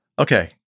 Okay